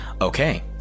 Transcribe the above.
Okay